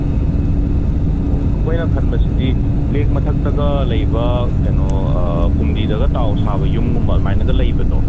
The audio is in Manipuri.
ꯎꯝ ꯑꯣ ꯑꯩꯈꯣꯏꯅ ꯈꯟꯕꯁꯤꯗꯤ ꯂꯦꯛ ꯃꯊꯛꯇꯒ ꯂꯩꯕ ꯀꯩꯅꯣ ꯐꯨꯝꯕꯤꯗꯒ ꯇꯥꯎꯔ ꯁꯥꯕ ꯌꯨꯝꯒꯨꯝꯕ ꯑꯗꯨꯃꯥꯏꯅꯒ ꯂꯩꯕꯗꯣ